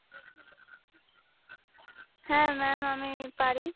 হ্যাঁ ম্যাম আমি পারি